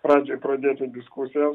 pradžiai pradėti diskusijas